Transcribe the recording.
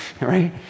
right